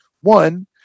One